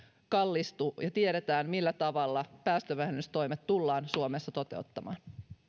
kallistu ja tiedetään millä tavalla päästövähennystoimet tullaan suomessa toteuttamaan